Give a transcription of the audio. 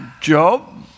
Job